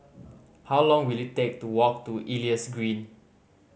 how long will it take to walk to Elias Green